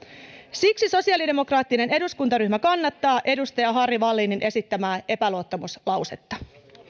siksi sosiaalidemokraattinen eduskuntaryhmä kannattaa edustaja harry wallinin esittämää epäluottamuslausetta